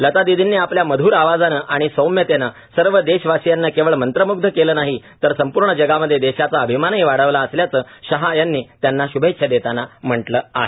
लता दीदींनी आपल्या मध्र आवाजानं आणि सौम्यतेनं सर्व देशवासीयांना केवळ मंत्रम्ग्ध केलं नाही तर संपूर्ण जगामध्ये देशाचा अभिमानही वाढविला असल्याचं शाह यांनी त्यांना श्भेच्छा देताना म्हटलं आहे